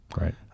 Right